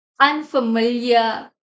unfamiliar